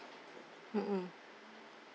mm mm